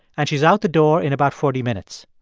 and she's out the door in about forty minutes.